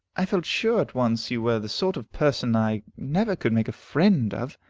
i felt sure at once you were the sort of person i never could make a friend of,